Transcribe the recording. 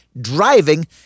driving